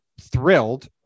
thrilled